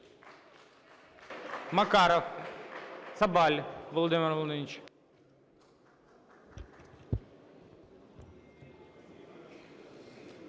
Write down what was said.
Макаров. Цабаль Володимир Володимирович.